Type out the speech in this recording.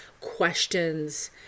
questions